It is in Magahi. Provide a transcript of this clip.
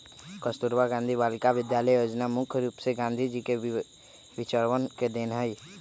कस्तूरबा गांधी बालिका विद्यालय योजना मुख्य रूप से गांधी जी के विचरवन के देन हई